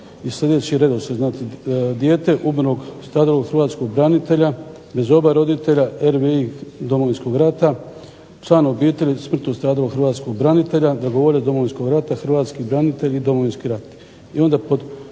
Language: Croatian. uz slijedeći redoslijed. Dijete umrlog, stradalog hrvatskog branitelja bez oba roditelja RVI Domovinskog rata, član obitelji smrtno stradalog hrvatskog branitelja, dragovoljac Domovinskog rata, hrvatski branitelji i Domovinski rat.